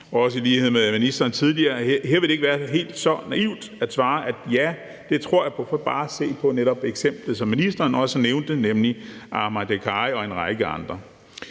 også i lighed med ministeren tidligere, at her vil det ikke være helt så naivt at svare: Ja, det tror jeg. For prøv bare at se på eksemplet, som ministeren nævnte, nemlig Ahmed Akkari og en række andre.